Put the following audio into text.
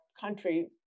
country